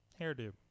hairdo